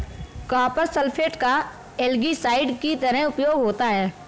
copper sulphate का algicide की तरह उपयोग होता है